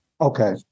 Okay